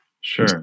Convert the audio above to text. Sure